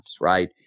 right